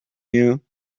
you